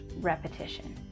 repetition